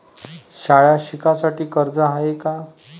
शाळा शिकासाठी कर्ज हाय का?